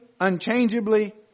unchangeably